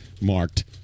marked